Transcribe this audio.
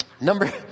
Number